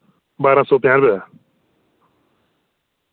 बारां सौ पञां रपे दा